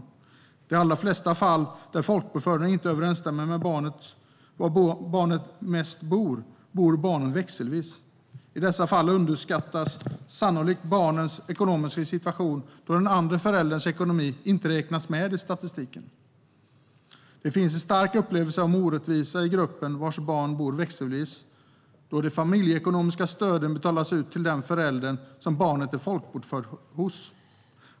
I de allra flesta fall där folkbokföringen inte överensstämmer med var barnen mest bor, bor barnen växelvis. I dessa fall underskattas sannolikt barnens ekonomiska situation då den andre förälderns ekonomi inte räknas med i statistiken. Det finns en stark upplevelse av orättvisa i gruppen vars barn bor växelvis då de familjeekonomiska stöden betalas ut till den förälder som barnet är folkbokfört hos.